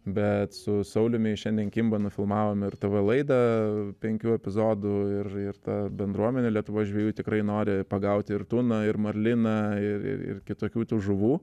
bet su sauliumi šiandien kimba nufilmavome ir tv laidą penkių epizodų ir ir ta bendruomenė lietuvos žvejų tikrai nori pagauti ir tuną ir marliną ir ir kitokių tų žuvų